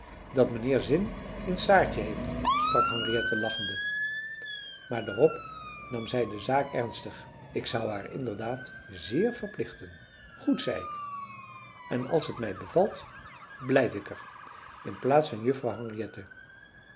dat mijnheer zin in saartje heeft sprak henriette lachende maar daarop nam zij de zaak ernstig ik zou haar inderdaad zéér verplichten goed zei ik en als t mij bevalt blijf ik er in plaats van juffrouw